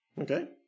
Okay